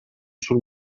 sul